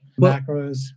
macros